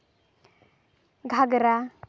ᱜᱷᱟᱜᱽᱨᱟ